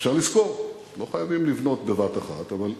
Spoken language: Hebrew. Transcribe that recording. אפשר לשכור, לא חייבים לבנות בבת-אחת, אבל,